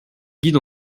guide